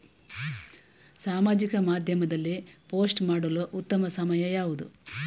ಸಾಮಾಜಿಕ ಮಾಧ್ಯಮದಲ್ಲಿ ಪೋಸ್ಟ್ ಮಾಡಲು ಉತ್ತಮ ಸಮಯ ಯಾವುದು?